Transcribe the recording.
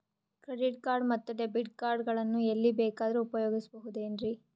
Credit card ಮತ್ತು debit card ಗಳನ್ನು ಎಲ್ಲಿ ಬೇಕಾದ್ರು ಉಪಯೋಗಿಸಬಹುದೇನ್ರಿ?